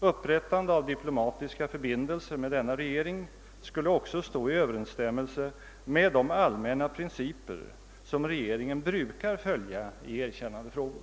Upprättandet av diplomatiska förbindelser med denna regering skulle också stå i överenstämmelse med de allmänna principer som regeringen brukar följa i erkännandefrågor.